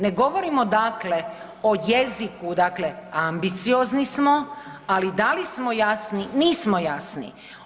Ne govorimo dakle o jeziku, dakle ambiciozni smo, ali da li smo jasni, nismo jasni.